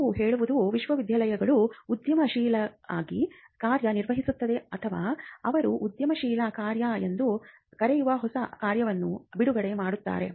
ನಾವು ನೋಡುವುದು ವಿಶ್ವವಿದ್ಯಾನಿಲಯಗಳು ಉದ್ಯಮಿಗಳಾಗಿ ಕಾರ್ಯನಿರ್ವಹಿಸುತ್ತವೆ ಅಥವಾ ಅವರು ಉದ್ಯಮಶೀಲ ಕಾರ್ಯ ಎಂದು ಕರೆಯುವ ಹೊಸ ಕಾರ್ಯವನ್ನು ಬಿಡುಗಡೆ ಮಾಡುತ್ತಾರೆ